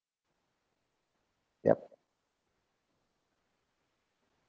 yup